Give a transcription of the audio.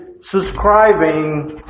subscribing